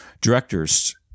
directors